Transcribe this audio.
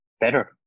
better